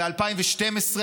ב-2012,